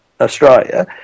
Australia